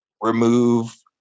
remove